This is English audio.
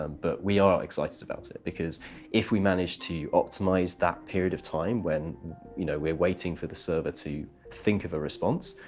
um but we are excited about it. because if we manage to optimize that period of time when you know we're waiting for the server to think of a response,